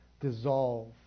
dissolve